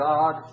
God